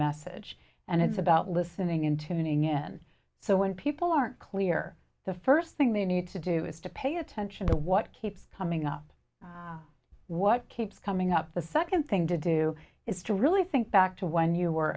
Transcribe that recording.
message and it's about listening in tuning in so when people aren't clear the first thing they need to do is to pay attention to what keeps coming up what keeps coming up the second thing to do is to really think back to when you were